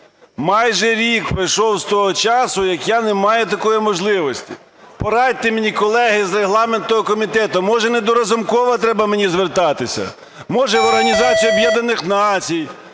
Майже рік пройшов з того часу, як я не маю такої можливості. Порадьте мені, колеги з регламентного комітету, може, не до Разумкова треба мені звертатися? Може, в Організацію Об'єднаних Націй,